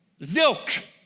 zilch